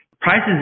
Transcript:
Prices